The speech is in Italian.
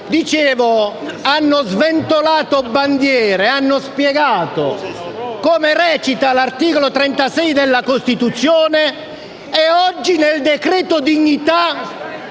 Dicevo che hanno sventolato bandiere e hanno spiegato cosa recita l'articolo 36 della Costituzione e oggi, nel cosiddetto